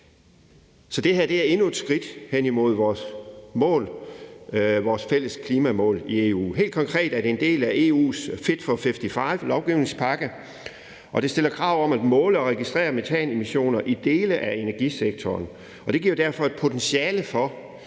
Så det her er endnu et skridt hen imod vores mål, vores fælles klimamål i EU. Helt konkret er forordningen en del af EU's Fit for 55-lovgivningspakke, og den stiller krav om at måle og registrere metanemissioner i dele af energisektoren. Det giver derfor et potentiale til,